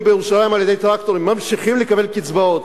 בירושלים על-ידי טרקטורים ממשיכים לקבל קצבאות,